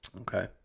okay